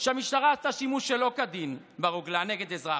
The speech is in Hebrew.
שהמשטרה עשתה שימוש שלא כדין ברוגלה נגד אזרח,